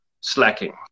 slacking